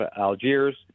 Algiers